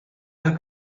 las